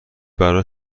برا